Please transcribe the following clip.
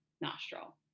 nostril